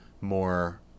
more